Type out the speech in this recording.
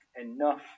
enough